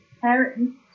parents